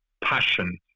passion